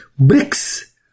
BRICS